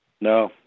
No